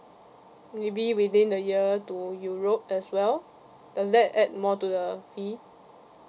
maybe within a year to europe as well does that add more to the fee